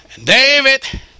David